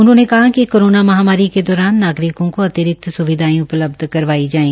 उन्होंने कहा कि कोरोना महमारी के दौरान नागरिकों को अतिरिक्त स्विधाएं उपलब्ध कराई जायें